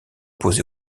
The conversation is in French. posées